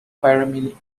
pyramid